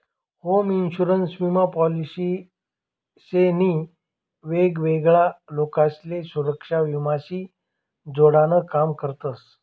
home insurance विमा policy शे नी वेगवेगळा लोकसले सुरेक्षा विमा शी जोडान काम करतस